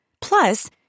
Plus